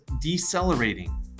decelerating